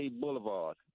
Boulevard